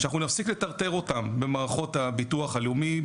שאנחנו נפסיק לטרטר אותם במערכות הביטוח הלאומי,